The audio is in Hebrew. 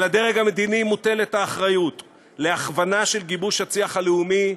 על הדרג המדיני מוטלת האחריות להכוונה של גיבוש הצי"ח הלאומי,